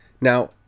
Now